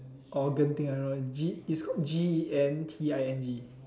orh Genting I know uh it's called G E N T I N G